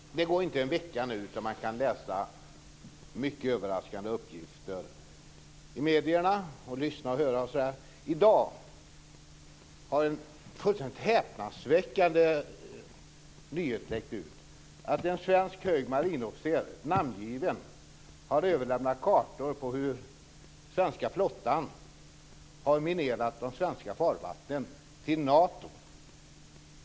Herr talman! Det går inte en vecka utan att man kan läsa mycket överraskande uppgifter i medierna. Man kan också lyssna och höra detta. I dag har en fullständigt häpnadsväckande nyhet läckt ut. En svensk hög marinofficer - namngiven - har överlämnat kartor till Nato över hur den svenska flottan har minerat de svenska farvattnen.